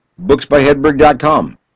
booksbyhedberg.com